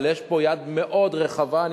אבל יש פה יד מאוד רחבה.